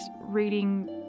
reading